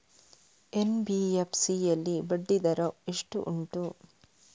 NBFC ಯಲ್ಲಿ ಬಡ್ಡಿ ದರ ಎಷ್ಟು ಉಂಟು?